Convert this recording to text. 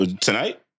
tonight